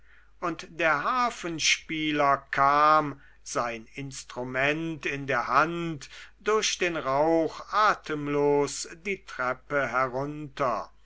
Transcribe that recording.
und der harfenspieler kam sein instrument in der hand durch den rauch atemlos die treppe herunter